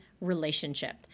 relationship